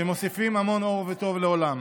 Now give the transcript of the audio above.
שמוסיפים המון אור וטוב לעולם.